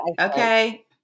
Okay